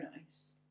nice